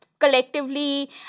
Collectively